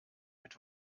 mit